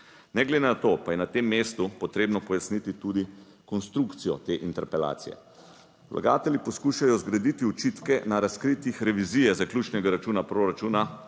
Ne glede na to pa je na tem mestu potrebno pojasniti tudi konstrukcijo te interpelacije. Vlagatelji poskušajo zgraditi očitke na razkritjih revizije zaključnega računa proračuna